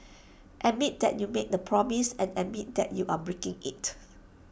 admit that you made A promise and admit that you are breaking IT